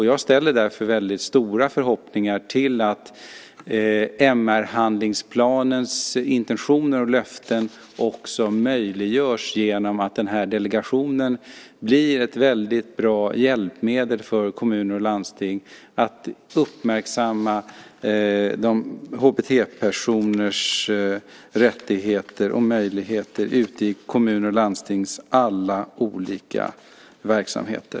Jag ställer därför väldigt stora förhoppningar till att MR-handlingsplanens intentioner och löften också möjliggörs genom att denna delegation blir ett väldigt bra hjälpmedel för kommuner och landsting att uppmärksamma HBT-personers rättigheter och möjligheter ute i kommunernas och landstingens alla olika verksamheter.